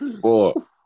Four